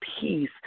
peace